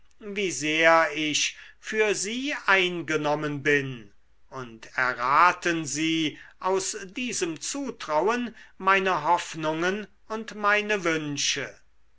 wie sehr ich für sie eingenommen bin und erraten sie aus diesem zutrauen meine hoffnungen und meine wünsche